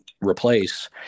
replace